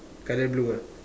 colour blue ah